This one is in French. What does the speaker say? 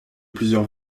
plusieurs